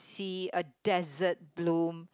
see a desert bloom